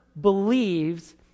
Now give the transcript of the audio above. believes